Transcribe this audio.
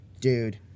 dude